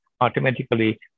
automatically